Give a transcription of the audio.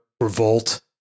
revolt